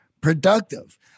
productive